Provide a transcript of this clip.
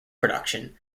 production